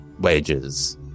wages